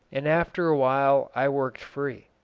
and after a while i worked free.